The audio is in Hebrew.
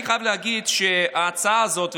אני חייב להגיד שההצעה הזאת,